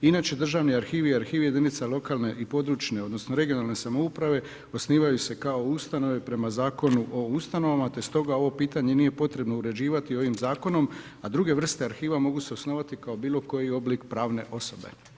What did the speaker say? Inače državni arhiv i arhivi jedinica lokalne i područne odnosno regionalne samouprave osnivaju se kao ustanove prema Zakonu o ustanovama, te stoga ovo pitanje nije potrebno uređivati ovim Zakonom, a druge vrste arhiva mogu se osnovati kao bilo koji oblik pravne osobe.